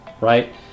right